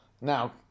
Now